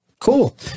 Cool